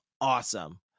Awesome